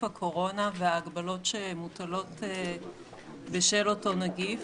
הקורונה וההגבלות שמוטלות בשל אותו נגיף.